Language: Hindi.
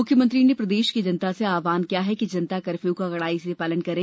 मुख्यमंत्री ने प्रदेश की जनता से आह्वान किया कि जनता कर्फ़यू का कड़ाई से पालन करें